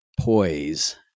poise